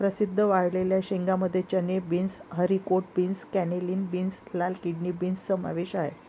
प्रसिद्ध वाळलेल्या शेंगांमध्ये चणे, beans, haricot beans, cannellini beans, लाल किडनी बीन्स समावेश आहे